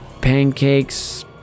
pancakes